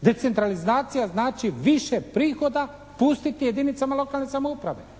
Decentralizacija znači više prihoda pustiti jedinicama lokalne samouprave.